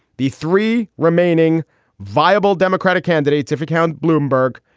the three remaining viable democratic candidates if account. bloomberg.